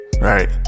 right